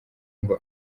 ngo